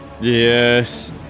Yes